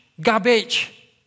garbage